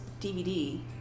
DVD